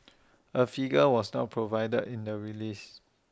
A figure was not provided in the release